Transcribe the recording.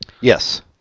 yes